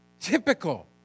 typical